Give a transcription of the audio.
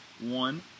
One